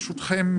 ברשותכם,